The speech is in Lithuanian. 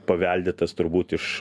paveldėtas turbūt iš